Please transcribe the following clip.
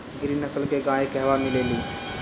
गिरी नस्ल के गाय कहवा मिले लि?